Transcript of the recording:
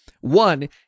one